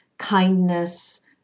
kindness